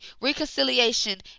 reconciliation